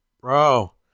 bro